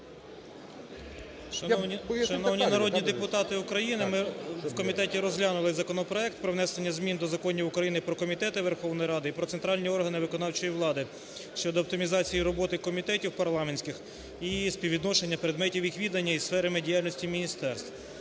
Шановні народні депутати України, ми в комітеті розглянули законопроект про внесення змін до законів України "Про комітети Верховної Ради" і "Про центральні органи виконавчої влади" щодо оптимізації роботи комітетів парламентських і співвідношення предметів їх відання із сферами діяльності міністерств,